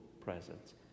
presence